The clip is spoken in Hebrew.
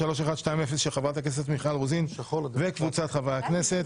פ/3120/24 של חברת הכנסת מיכל רוזין וקבוצת חברי הכנסת.